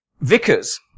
Vickers